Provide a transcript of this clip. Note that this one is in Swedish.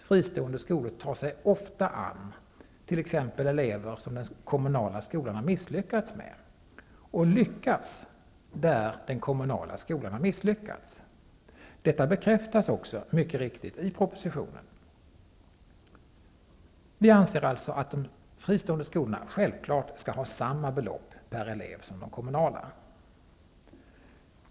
Fristående skolor tar sig ofta an t.ex. elever som den kommunala skolan misslyckats med och lyckas där den kommunala skolan har misslyckats. Detta bekräftas också mycket riktigt i propositionen. Vi anser således att de fristående skolorna självklart skall ha samma belopp per elev som de kommunala.